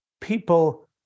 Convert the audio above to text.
people